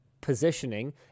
positioning